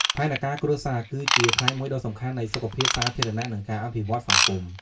ផែនការគ្រួសារគឺជាផ្នែកមួយដ៏សំខាន់នៃសុខភាពសាធារណៈ និងការអភិវឌ្ឍសង្គម។